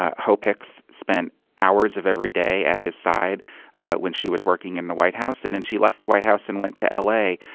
hope hicks spent hours of every day at his side when she was working in the white house. and then she left the white house and went to l a.